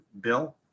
bill